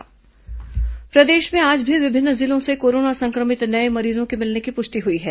corona मरीज प्रदेश में आज भी विभिन्न जिलों से कोरोना संक्रमित नये मरीजों के मिलने की पुष्टि हुई है